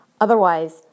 Otherwise